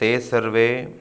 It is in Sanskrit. ते सर्वे